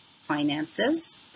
finances